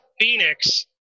Phoenix